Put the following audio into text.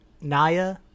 Naya